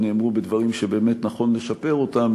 שנאמרו בדברים שבאמת נכון לשפר אותם,